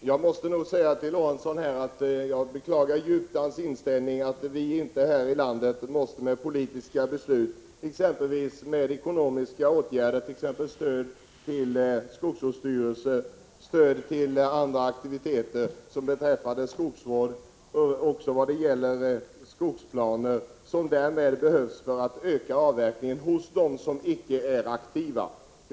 Herr talman! Jag måste säga till Sven Eric Lorentzon att jag djupt beklagar hans inställning att vi i vårt land inte skall agera med politiska beslut, med ekonomiska åtgärder i form av t.ex. stöd till skogsvårdsstyrelsen och stöd till andra aktiviteter när det gäller skogsvård samt med skogsplaner som är nödvändiga för att öka avverkningen av skogar tillhöriga dem som icke bebor sina fastigheter och icke är aktiva.